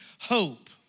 hope